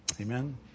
Amen